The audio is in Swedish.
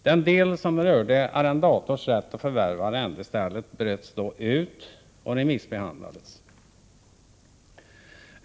Den del som rörde arrendators rätt att förvärva arrendestället bröts då ut och remissbehandlades.